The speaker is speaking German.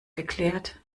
geklärt